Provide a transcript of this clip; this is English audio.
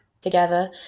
together